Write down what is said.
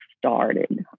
started